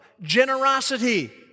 generosity